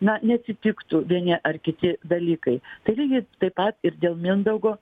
na neatsitiktų vieni ar kiti dalykai tai lygiai taip pat ir dėl mindaugo